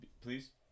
please